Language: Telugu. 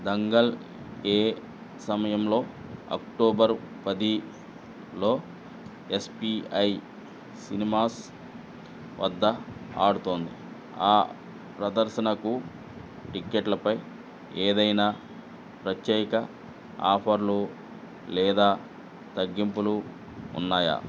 దంగల్ ఏ సమయంలో అక్టోబర్ పదిలో ఎస్ పీ ఐ సినిమాస్ వద్ద ఆడుతోంది ఆ ప్రదర్శనకు టిక్కెట్లపై ఏదైనా ప్రత్యేక ఆఫర్లు లేదా తగ్గింపులు ఉన్నాయా